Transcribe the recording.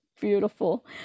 beautiful